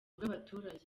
bw’abaturage